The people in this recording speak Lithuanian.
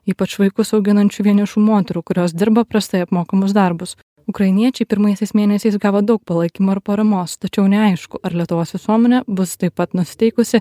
ypač vaikus auginančių vienišų moterų kurios dirba prastai apmokamus darbus ukrainiečiai pirmaisiais mėnesiais gavo daug palaikymo ir paramos tačiau neaišku ar lietuvos visuomenė bus taip pat nusiteikusi